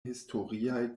historiaj